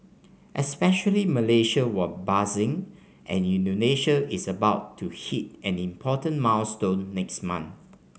especially Malaysia were buzzing and Indonesia is about to hit an important milestone next month